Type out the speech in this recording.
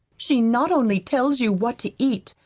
she not only tells you what to eat,